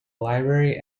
library